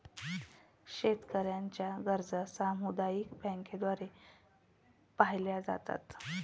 शेतकऱ्यांच्या गरजा सामुदायिक बँकांद्वारे पाहिल्या जातात